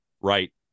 Right